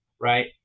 right